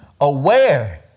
aware